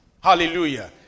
Hallelujah